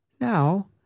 Now